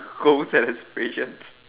goals and aspirations